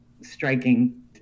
striking